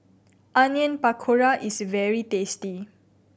Onion Pakora is very tasty